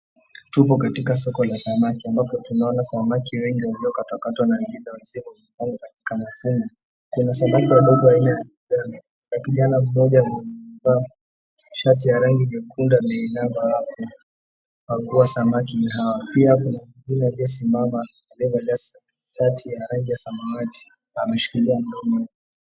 Tupo katika soko la samaki ambapo tunaona samaki wengi waliokatwakatwa na wengine wamesimama katika masomo. Kuna samaki wadogo aina gani. Kuna kijana mmoja mvaa shati ya rangi nyekundu ameinamama hapo. Kwa kuwa samaki ni hawa. Pia kuna mwingine aliyesimama amevaa shati ya rangi ya samawati ameshikilia mkononi.